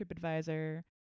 tripadvisor